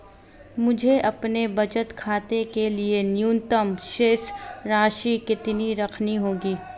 मुझे अपने बचत खाते के लिए न्यूनतम शेष राशि कितनी रखनी होगी?